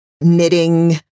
knitting